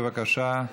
בבקשה.